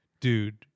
dude